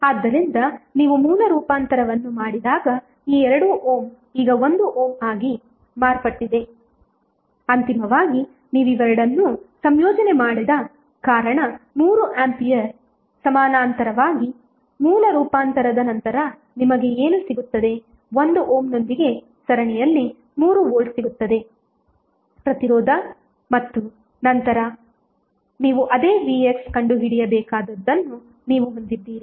ಆದ್ದರಿಂದ ನೀವು ಮೂಲ ರೂಪಾಂತರವನ್ನು ಮಾಡಿದಾಗ ಈ 2 ಓಮ್ ಈಗ 1 ಓಮ್ ಆಗಿ ಮಾರ್ಪಟ್ಟಿದೆ ಅಂತಿಮವಾಗಿ ನೀವು ಇವೆರಡನ್ನೂ ಸಂಯೋಜನೆ ಮಾಡಿದ ಕಾರಣ 3 ಆಂಪಿಯರ್ ಸಮಾನಾಂತರವಾಗಿ ಮೂಲ ರೂಪಾಂತರದ ನಂತರ ನಿಮಗೆ ಏನು ಸಿಗುತ್ತದೆ 1 ಓಮ್ನೊಂದಿಗೆ ಸರಣಿಯಲ್ಲಿ 3 ವೋಲ್ಟ್ ಸಿಗುತ್ತದೆ ಪ್ರತಿರೋಧ ಮತ್ತು ನಂತರ ನೀವು ಅದೇ vx ಕಂಡುಹಿಡಿಯಬೇಕಾದದನ್ನು ನೀವು ಹೊಂದಿದ್ದೀರಿ